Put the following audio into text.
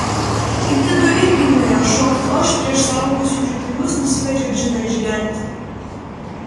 kiti du irgi nuėjo šokti o aš prieš suaugusiųjų žaidimus nusivedžiau džiną išgerti